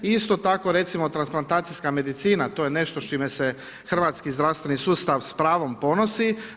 I isto tako, recimo transplantacijska medicina to je nešto s čime se hrvatski zdravstveni sustav s pravom ponosi.